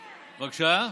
מה, בבקשה?